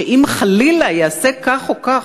שאם חלילה ייעשה כך או כך,